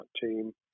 team